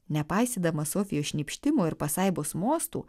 nepaisydama sofijos šnypštimo ir pasaibos mostų